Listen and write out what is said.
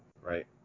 right